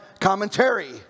commentary